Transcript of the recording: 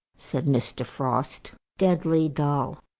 said mr. frost deadly dull.